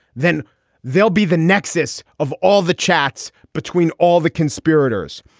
then they'll be the nexus of all the chats between all the conspirators,